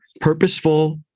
purposeful